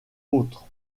autres